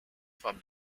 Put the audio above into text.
from